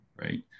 right